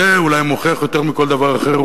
זה אולי מוכיח יותר מכל דבר אחר,